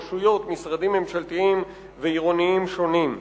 רשויות ומשרדים ממשלתיים ועירוניים שונים.